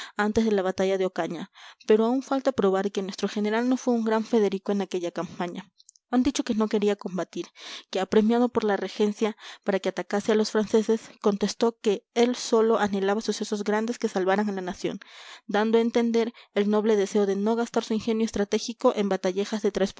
antes de la batalla de ocaña pero aún falta probar que nuestro general no fue un gran federico en aquella campaña han dicho que no quería combatir que apremiado por la regencia para que atacase a los franceses contestó que él sólo anhelaba sucesos grandes que salvaran a la nación dando a entender el noble deseo de no gastar su ingenio estratégico en batallejas